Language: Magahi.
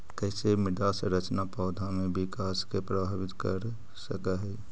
कईसे मृदा संरचना पौधा में विकास के प्रभावित कर सक हई?